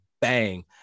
bang